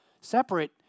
separate